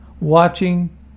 watching